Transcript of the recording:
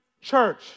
church